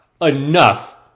Enough